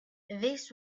this